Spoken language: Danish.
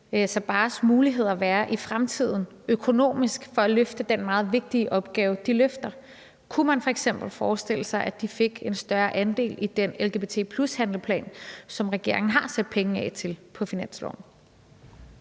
Sabaahs muligheder økonomisk være i fremtiden for at kunne løfte den meget vigtige opgave, de løfter? Kunne man f.eks. forestille sig, at de fik en større andel af den lgbt+-handleplan, som regeringen har sat penge af til på finansloven?